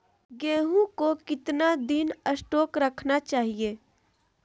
गेंहू को कितना दिन स्टोक रखना चाइए?